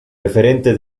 referente